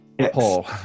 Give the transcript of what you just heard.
Paul